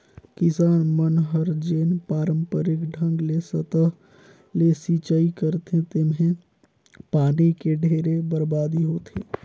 किसान मन हर जेन पांरपरिक ढंग ले सतह ले सिचई करथे तेम्हे पानी के ढेरे बरबादी होथे